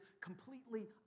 completely